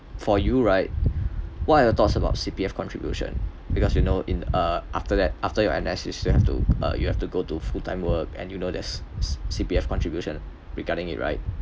for you right what are your thoughts about C_P_F contribution because you know in uh after that after your N_S you still have to uh you have to go to full time work and you know there's C~ C_P_F contribution regarding it right